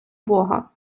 бога